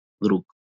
little